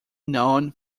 known